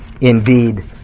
indeed